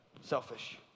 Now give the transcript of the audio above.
selfish